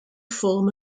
form